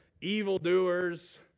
evildoers